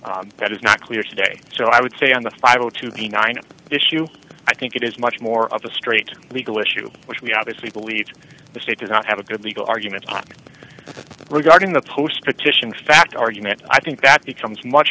that is not clear today so i would say on the aisle to the nine issue i think it is much more of the straight legal issue which we obviously believe that the state does not have a good legal argument regarding the post petition fact argument i think that becomes much